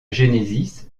genesis